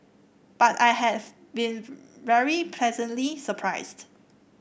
but I've been very pleasantly surprised